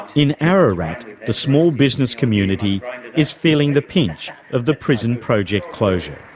in ararat, the small business community is feeling the pinch of the prison project closure.